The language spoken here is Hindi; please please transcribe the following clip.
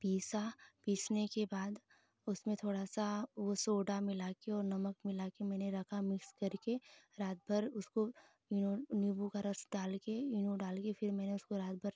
पिसा पीसने के बाद उसमें थोड़ा सा वो सोडा मिला के और नमक मिला के मैने रखा मैने मिक्स करके रात भर उसको निम्बू का रस डाल कर इनो डाल कर फिर मैने उसको रात भर